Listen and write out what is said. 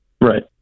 Right